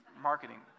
marketing